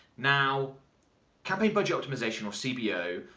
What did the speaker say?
now campaign budget optimization, or cbo,